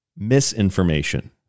Misinformation